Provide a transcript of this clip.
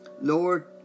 Lord